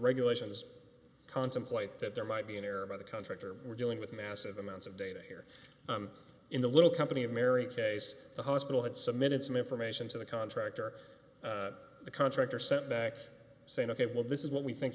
regulations contemplate that there might be an error by the contractor we're dealing with massive amounts of data here in the little company of mary case the hospital had submitted some information to the contractor the contractor setbacks saying ok well this is what we think